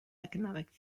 economic